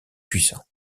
puissant